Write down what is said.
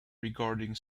regarding